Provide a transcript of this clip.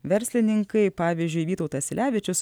verslininkai pavyzdžiui vytautas silevičius